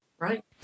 Right